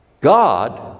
God